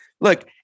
Look